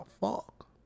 fuck